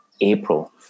April